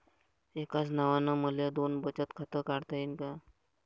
एकाच नावानं मले दोन बचत खातं काढता येईन का?